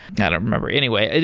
and i don't remember. anyway,